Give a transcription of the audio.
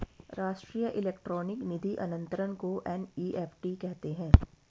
राष्ट्रीय इलेक्ट्रॉनिक निधि अनंतरण को एन.ई.एफ.टी कहते हैं